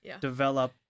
develop